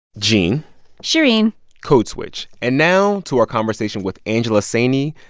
gene shereen code switch. and now to our conversation with angela saini,